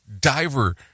diver